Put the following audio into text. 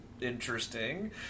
interesting